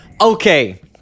Okay